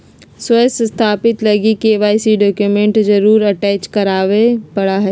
स्व सत्यापित लगी के.वाई.सी डॉक्यूमेंट जरुर अटेच कराय परा हइ